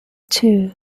two